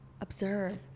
Observe